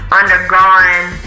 undergone